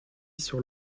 sur